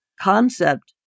concept